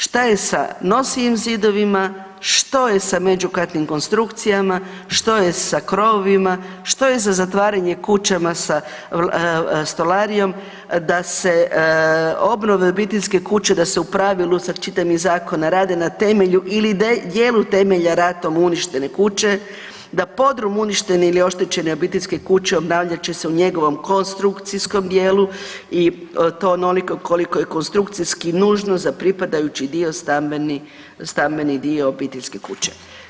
Šta je sa nosivim zidovima, što je sa međukatnim konstrukcijama, što je sa krovovima, što je za zatvaranje kućama sa stolarijom da se obnove obiteljske kuće, da se u pravilu, sad čitam iz zakona, rade na temelju ili dijelu temelja ratom uništene kuće, da podrum uništene ili oštećene obiteljske kuće obnavljat će se u njegovom konstrukcijskom dijelu i to onoliko koliko je konstrukcijski nužno za pripadajući dio stambeni dio obiteljske kuće.